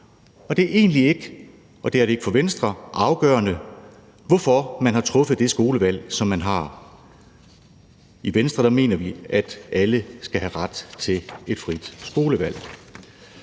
og det er egentlig ikke for Venstre afgørende, hvorfor man har truffet det skolevalg, som man har. I Venstre mener vi, at alle skal have ret til et frit skolevalg.